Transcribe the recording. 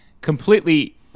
completely